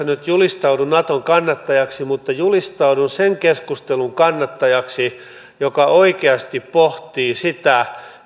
nyt julistaudu naton kannattajaksi mutta julistaudun sen keskustelun kannattajaksi joka oikeasti pohtii sitä